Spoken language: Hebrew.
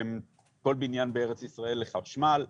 כל בניין בארץ ישראל לחשמל.